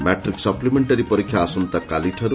matric ସପ୍ପିମେକ୍କାରୀ ପରୀକ୍ଷା ଆସନ୍ତାକାଲିଠାରୁ